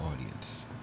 audience